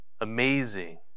Amazing